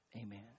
Amen